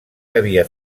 havia